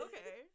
Okay